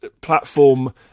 platform